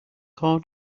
corn